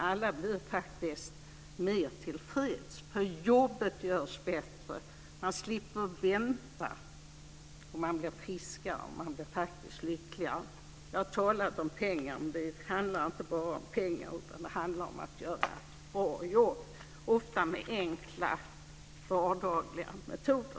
Alla blir faktiskt mer tillfreds. Jobbet görs bättre. Man slipper vänta. Man blir friskare, och man blir faktiskt lyckligare. Jag har talat om pengar, men det handlar inte bara om pengar, utan det handlar om att göra ett bra jobb, ofta med enkla vardagliga metoder.